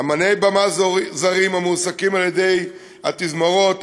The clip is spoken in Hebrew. אמני במה זרים המועסקים על-ידי התזמורות,